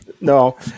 No